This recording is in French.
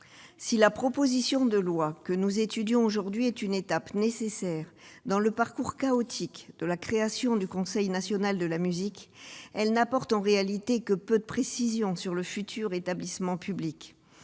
Si la proposition de loi que nous étudions aujourd'hui est une étape nécessaire dans le parcours chaotique de la création du Centre national de la musique, elle n'apporte en réalité que peu de précisions sur le futur établissement public.